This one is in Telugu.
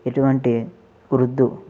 ఇటువంటి ఉర్దు